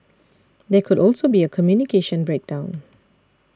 there could also be a communication breakdown